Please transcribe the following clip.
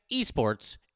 esports